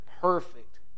perfect